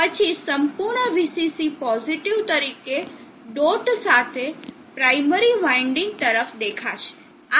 પછી સંપૂર્ણ VCC positive તરીકે ડોટ સાથે પ્રાઈમરી વાઈન્ડિંગ તરફ દેખાશે